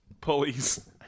Pulleys